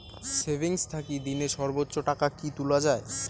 Savings থাকি দিনে সর্বোচ্চ টাকা কি তুলা য়ায়?